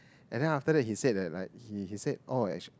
and then after that he said that like he he said oh actu~